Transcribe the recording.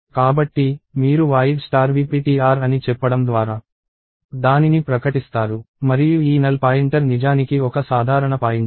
కాబట్టి మీరు void vptr అని చెప్పడం ద్వారా దానిని ప్రకటిస్తారు మరియు ఈ నల్ పాయింటర్ నిజానికి ఒక సాధారణ పాయింటర్